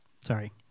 Sorry